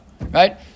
right